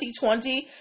2020